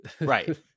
Right